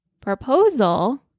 proposal